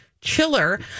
chiller